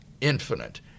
infinite